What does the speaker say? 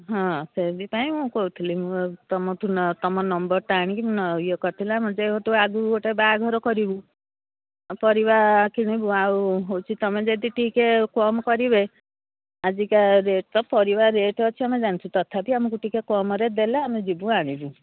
ହଁ ସେଥିପାଇଁ ମୁଁ କହୁଥିଲି ମୁଁ ତମଠୁ ତମ ନମ୍ବର୍ଟା ଆଣିକି ମୁଁ ଇଏ କରିଥିଲାଁ ଯେହେତୁ ଆଗକୁ ଗୋଟେ ବାହାଘର କରିବୁ ପରିବା କିଣିବୁ ଆଉ ହେଉଛି ତମେ ଯଦି ଟିକେ କମ୍ କରିବେ ଆଜିକା ରେଟ୍ ତ ପରିବା ରେଟ୍ ଅଛି ଆମେ ଜାଣିଛୁ ତଥାପି ଆମକୁ ଟିକେ କମ୍ରେ ଦେଲେ ଆମେ ଯିବୁ ଆଣିବୁ